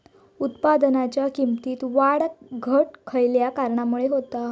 उत्पादनाच्या किमतीत वाढ घट खयल्या कारणामुळे होता?